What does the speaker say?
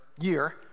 year